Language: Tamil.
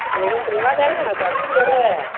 ஒரு ரெண்டு ருபா தானே குறைச்சி போடுங்க